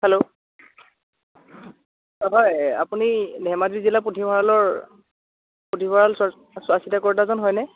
hello হয় আপুনি ধেমাজি জিলা পুথিভঁৰালৰ পুথিভঁৰাল চোৱা চোৱা চিতা কৰোতাজন হয়নে